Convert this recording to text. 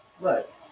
Look